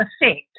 effect